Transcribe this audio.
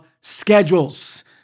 schedules